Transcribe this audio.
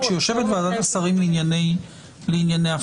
כשיושבת ועדת השרים לענייני הפרטה,